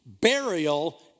burial